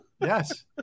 Yes